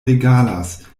regalas